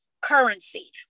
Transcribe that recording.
currency